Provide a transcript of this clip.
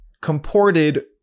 comported